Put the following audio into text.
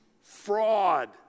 fraud